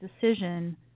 decision